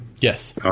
Yes